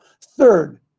Third